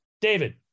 David